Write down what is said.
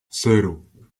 cero